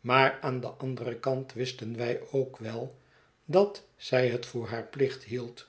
maar aan den anderen kant wisten wij ook wel dat zij het voor haar plicht hield